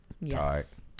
Yes